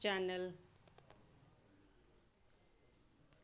channel